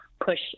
push